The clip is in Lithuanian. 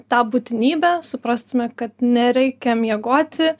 tą būtinybę suprastume kad nereikia miegoti